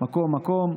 מקום מקום,